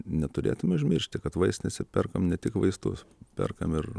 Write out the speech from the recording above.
neturėtume užmiršti kad vaistinėse perkam ne tik vaistus perkam ir